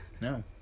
No